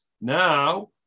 Now